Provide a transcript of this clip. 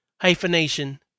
hyphenation